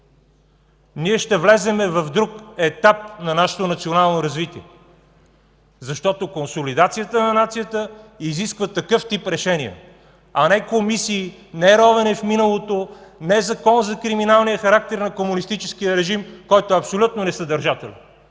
ние ще влезем в друг етап на нашето национално развитие, защото консолидацията на нацията изисква такъв тип решения, а не комисии, не ровене в миналото, не закон за криминалния характер на комунистическия режим, който е абсолютно несъдържателен.